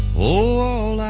o